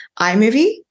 iMovie